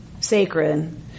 sacred